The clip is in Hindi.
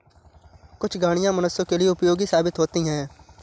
कुछ गाड़ियां मनुष्यों के लिए उपयोगी साबित होती हैं